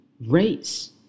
race